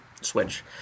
switch